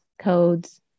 codes